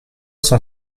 cent